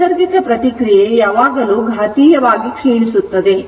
ನೈಸರ್ಗಿಕ ಪ್ರತಿಕ್ರಿಯೆ ಯಾವಾಗಲೂ ಘಾತೀಯವಾಗಿ ಕ್ಷೀಣಿಸುತ್ತದೆ